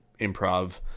improv